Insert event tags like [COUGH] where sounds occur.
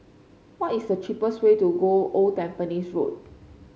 what is the cheapest way to [UNINTELLIGIBLE] Old Tampines Road